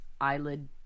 eyelid